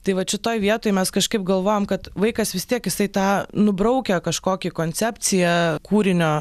tai vat šitoj vietoj mes kažkaip galvojam kad vaikas vis tiek jisai tą nubraukia kažkokį koncepciją kūrinio